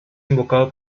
invocado